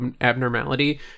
abnormality